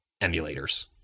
emulators